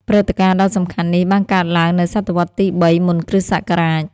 ព្រឹត្តិការណ៍ដ៏សំខាន់នេះបានកើតឡើងនៅសតវត្សរ៍ទី ៣ មុនគ.ស.។